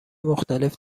مختلف